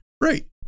right